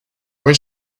went